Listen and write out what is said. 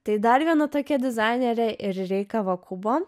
tai dar viena tokia dizainerė ir rei kavakubo